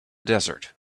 desert